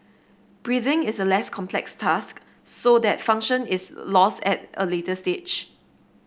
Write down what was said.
breathing is a less complex task so that function is lost at a later stage